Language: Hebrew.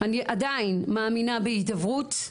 אני עדיין מאמינה בהידברות,